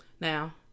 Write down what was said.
Now